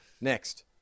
next